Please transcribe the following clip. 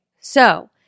so-